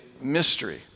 mystery